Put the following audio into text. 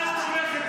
את תומכת טרור.